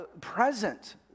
present